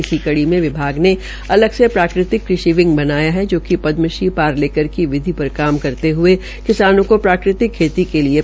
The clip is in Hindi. इसी कड़ी में विभाग ने अलग से प्राकृतिक कृषि विंग बनाया है जो पदम श्री पारलेकर की विधि पर काम करते हये किसानों को प्राकतिक खेती के लिए प्रशिक्षित करेगा